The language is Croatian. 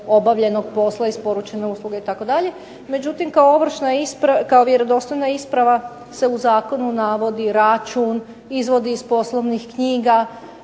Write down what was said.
obavljenog posla, isporučene usluge itd., međutim kao ovršna, kao vjerodostojna isprava se u zakonu navodi račun, izvodi iz poslovnih knjiga